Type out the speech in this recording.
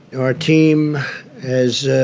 our team has